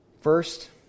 First